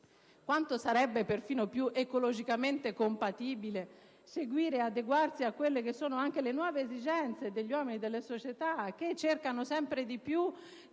Quanto sarebbe persino più ecologicamente compatibile seguire ed adeguarsi a quelle che sono anche le nuove esigenze degli uomini e delle società, che cercano sempre più di